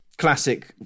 Classic